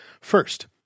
First